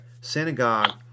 synagogue